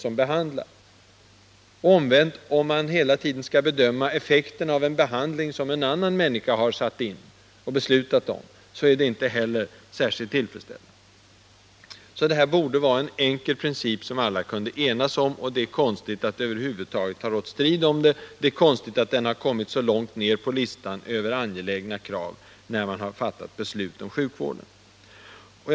Och omvänt: om man hela tiden skall bedöma effekten av en behandling som en annan människa har satt in — och beslutat om -— så är det inte heller tillfredsställande. Det är alltså fråga om en enkel princip, som alla borde kunna enas om, och det är konstigt att det över huvud taget har rått strid om den. Det är märkligt att den har kommit så långt ner på listan över angelägna krav, när man har fattat beslut om sjukvården. Herr talman!